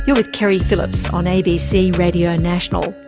yeah with keri phillips on abc radio national.